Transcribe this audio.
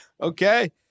Okay